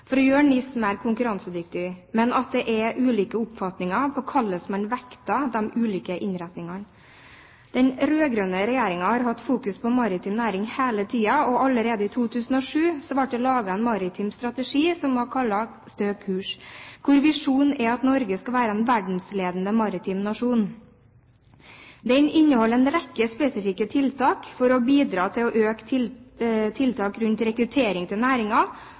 for å gjøre NIS mer konkurransedyktig, men at det er ulike oppfatninger om hvordan man vekter de ulike innretningene. Den rød-grønne regjeringen har hatt fokus på maritim næring hele tiden, og allerede i 2007 ble det laget en maritim strategi, som ble kalt «Stø kurs», hvor visjonen er at Norge skal være en verdensledende maritim nasjon. Den inneholder en rekke spesifikke tiltak for å bidra til å øke tiltak rundt rekruttering til